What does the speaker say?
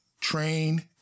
train